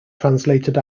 translated